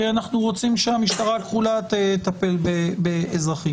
כי אנחנו רוצים שהמשטרה הכחולה תטפל באזרחים.